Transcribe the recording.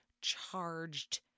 charged